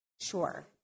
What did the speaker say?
Sure